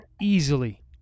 easily